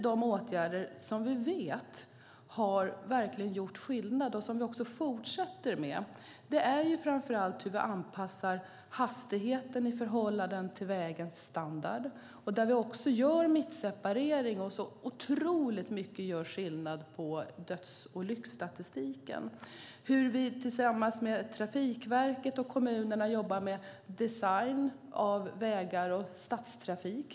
De åtgärder som vi vet verkligen har gjort skillnad och som vi fortsätter med handlar framför allt om hur vi anpassar hastigheten i förhållande till vägens standard. Vi gör också mittseparering, som gör otroligt stor skillnad på döds och olycksstatistiken. Vi jobbar tillsammans med Trafikverket och kommunerna med design av vägar och stadstrafik.